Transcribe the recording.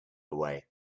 away